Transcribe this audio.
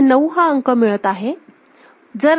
इथे नऊ हा अंक मिळत आहे